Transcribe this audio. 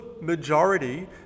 majority